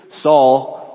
Saul